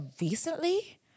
recently